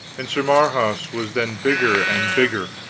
and sir marhaus was then bigger and bigger